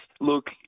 Look